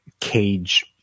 Cage